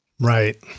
Right